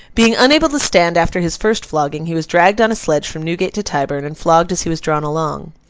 being unable to stand after his first flogging, he was dragged on a sledge from newgate to tyburn, and flogged as he was drawn along.